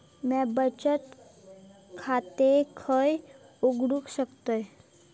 म्या बचत खाते खय उघडू शकतय?